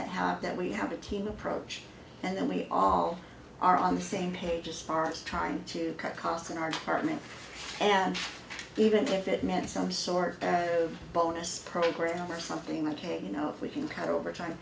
have that we have a team approach and we all are on the same page as far as trying to cut costs in our department and even if it meant some sort of bonus program or something like a you know if we can cut overtime